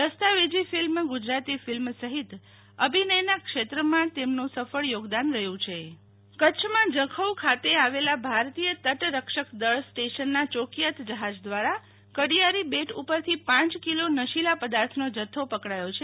દસ્તાવેજી ફિલ્મ ગુજરાતીફિલ્મ સહિત અભિનયના ક્ષેત્રમાં તેમને સફળ યોગદાન આપ્યુ છે શિતલ વૈશ્નવ ચરસ પકડાયુ કચ્છમાં જખૌ ખાતે આવેલા ભારતીય તટરક્ષકદળ સ્ટેશનના ચોકીયાત જહાજ દ્વારા કડિયારી બેટ ઉપરથી પાંચ કિલો નશીલા પદાર્થનોજથ્થો પકડાયો છે